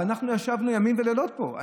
אבל אנחנו ישבנו ימים ולילות פה,